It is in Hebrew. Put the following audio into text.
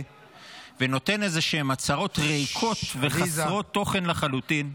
ונותן הצהרות ריקות וחסרות תוכן לחלוטין,